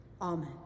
Amen